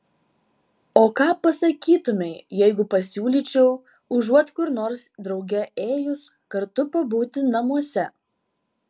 o ką pasakytumei jeigu pasiūlyčiau užuot kur nors drauge ėjus kartu pabūti namuose